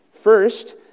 First